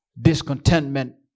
Discontentment